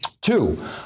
Two